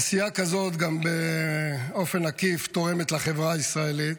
עשייה כזאת באופן עקיף תורמת לחברה הישראלית.